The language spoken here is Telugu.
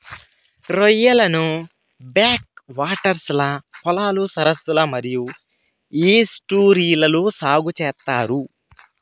రొయ్యలను బ్యాక్ వాటర్స్, వరి పొలాలు, సరస్సులు మరియు ఈస్ట్యూరీలలో సాగు చేత్తారు